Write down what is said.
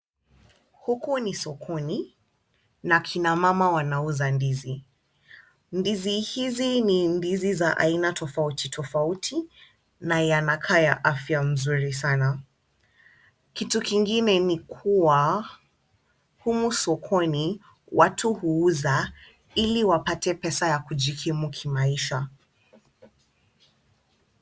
Huku ni sokoni na kina mama wanauza ndizi. Ndizi hizi ni ndizi za aina tofauti tofauti na yanakaanya ya afya nzuri sana. Kitu kingine ni kuwa humu sokoni watu huuza ili wapate pesa ya kujikimu kimaisha.